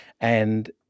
and-